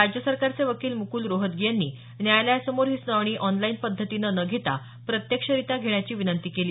राज्य सरकारचे वकिल मुकुल रोहतगी यांनी न्यायालयासमोर ही सुनावणी ऑनलाईन पद्धतीनं न घेता प्रत्यक्षरित्या घेण्याची विनंती केली